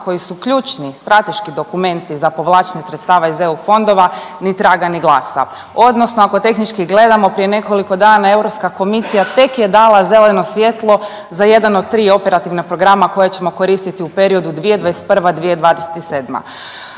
koji su ključni, strateški dokumenti za povlačenje sredstava iz EU fondova ni traga ni glasa, odnosno ako tehnički gledamo, prije nekoliko dana, EK tek je dala zeleno svjetlo za jedan od tri operativna programa koja ćemo koristiti u periodu 2021.-2027.